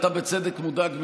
אתה בצדק מודאג,